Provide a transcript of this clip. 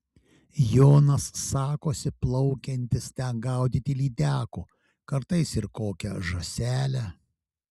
jonas sakosi plaukiantis ten gaudyti lydekų kartais ir kokią žąselę